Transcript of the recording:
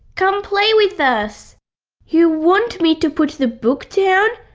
come play with us you want me to put the book down?